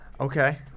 Okay